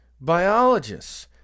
biologists